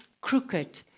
crooked